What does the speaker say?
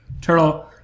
turtle –